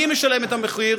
מי משלם את המחיר?